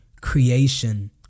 creation